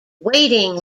waiting